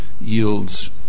yields